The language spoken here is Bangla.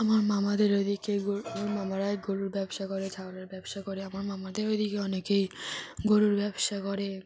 আমার মামাদের ওইদিকে গরু মামারাই গরুর ব্যবসা করে ছাগলের ব্যবসা করে আমার মামাদের ওইদিকে অনেকেই গরুর ব্যবসা করে